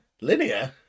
Linear